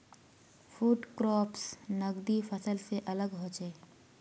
food crops नगदी फसल से अलग होचे